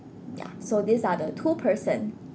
ya so these are the two person